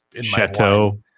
Chateau